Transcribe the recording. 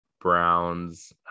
browns